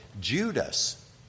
Judas